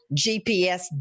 GPS